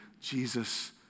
Jesus